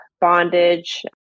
bondage